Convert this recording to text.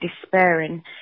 despairing